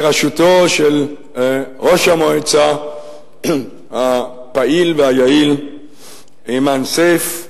בראשותו של ראש המועצה הפעיל והיעיל איימן סייף,